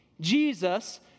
Jesus